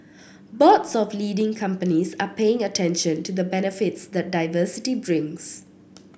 boards of leading companies are paying attention to the benefits that diversity brings